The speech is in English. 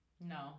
No